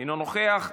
אינו נוכח.